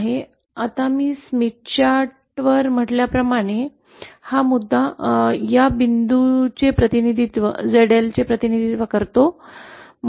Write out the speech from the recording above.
आता मी स्मिथ चार्टवर म्हटल्याप्रमाणे हा मुद्दा या बिंदूचे प्रतिनिधित्व ZL करतो